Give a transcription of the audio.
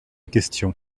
question